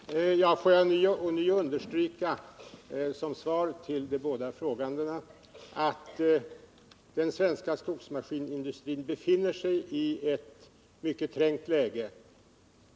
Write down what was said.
Herr talman! Får jag ånyo understryka, som svar till de båda frågeställarna, att den svenska skogsmaskinsindustrin befinner sig i ett mycket trängt läge.